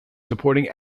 supporting